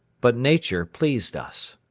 but nature pleased us.